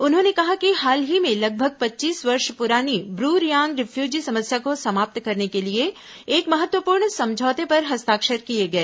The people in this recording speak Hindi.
उन्होंने कहा कि हाल ही में लगभग पच्चीस वर्ष पुरानी ब्रू रियांग रिफयूजी समस्या को समाप्त करने के लिए एक महत्वपूर्ण समझौते पर हस्ताक्षर किए गए